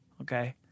Okay